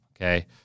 okay